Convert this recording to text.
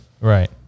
Right